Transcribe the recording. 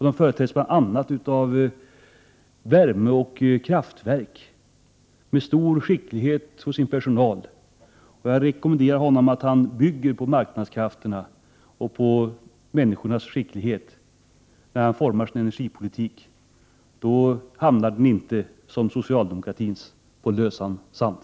De företräds bl.a. av värmeoch kraftverk, med personal som innehar stor skicklighet. Jag rekommenderar Ivar Franzén att bygga på marknadskrafterna och på dessa människors skicklighet när han formar sin energipolitik. Då hamnar den inte som socialdemokratins på lösan sand.